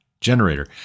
generator